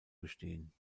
bestehen